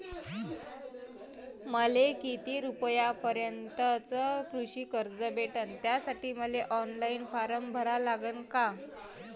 मले किती रूपयापर्यंतचं कृषी कर्ज भेटन, त्यासाठी मले ऑनलाईन फारम भरा लागन का?